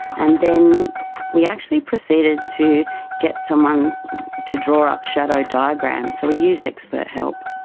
and then we actually proceeded to get someone to draw up shadow diagrams, so we used expert help.